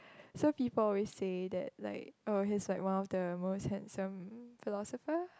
so people always say that like eh he's like one of the most handsome philosopher